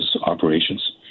operations